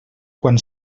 quan